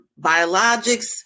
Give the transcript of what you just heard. biologics